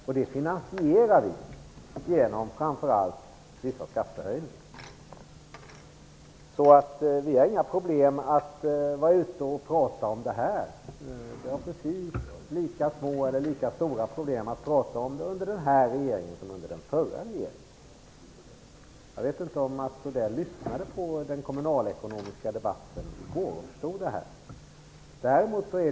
Detta finansierar vi genom framför allt vissa skattehöjningar. Vi har alltså inga problem att vara ute och prata om dessa frågor. Vi har precis lika små eller lika stora problem att prata om dessa saker under den här som under den förra regeringen. Jag vet inte om Mats Odell lyssnade på den kommunalekonomiska debatten i går och om han då förstod det här.